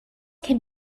can